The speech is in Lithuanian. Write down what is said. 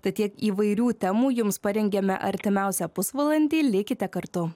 tai tiek įvairių temų jums parengėme artimiausią pusvalandį likite kartu